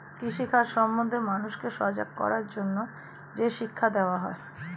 কৃষি কাজ সম্বন্ধে মানুষকে সজাগ করার জন্যে যে শিক্ষা দেওয়া হয়